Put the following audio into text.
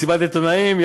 מסיבת עיתונאים.